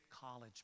College